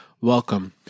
welcome